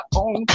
on